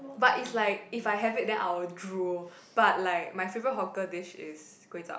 but is like if I have it then I will drool but like my favourite hawker dish is kway-chap